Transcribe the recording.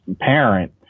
parent